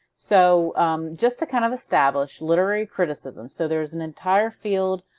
so just to kind of establish literary criticism so there's an entire field